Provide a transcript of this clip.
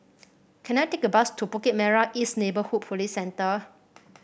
can I take a bus to Bukit Merah East Neighbourhood Police Centre